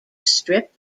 strip